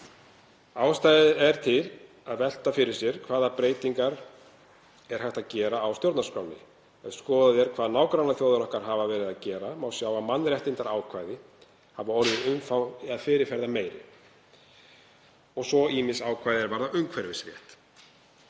Ástæða er til að velta fyrir sér hvaða breytingar er hægt að gera á stjórnarskránni. Ef skoðað er hvað nágrannaþjóðir okkar hafa verið að gera má sjá að mannréttindaákvæði hafa orðið fyrirferðarmeiri og ýmis ákvæði er varða umhverfisrétt.